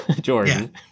Jordan